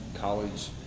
college